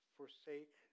forsake